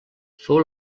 fou